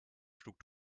schlug